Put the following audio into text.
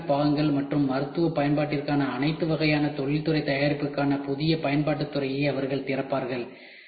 electronic பாகங்கள் மற்றும் மருத்துவ பயன்பாடுகளுக்கான அனைத்து வகையான தொழில்துறை தயாரிப்புகளுக்கான புதிய பயன்பாட்டுத் துறையை அவர்கள் திறப்பார்கள்